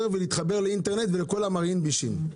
ולהתחבר לאינטרנט ולכל המרעין בישין.